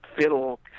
fiddle